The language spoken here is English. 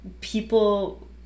people